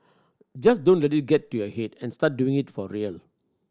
just don't let it get to your head and start doing it for real